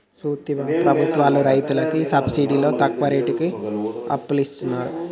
సూత్తివా ప్రభుత్వాలు రైతులకి సబ్సిడితో తక్కువ రేటుకి అప్పులిస్తున్నరు